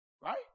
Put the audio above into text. Right